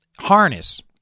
harness